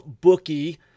bookie